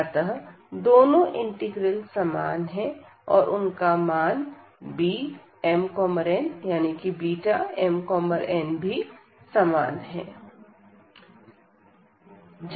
अतः दोनों इंटीग्रल समान है और उनका मान Bmn भी समान है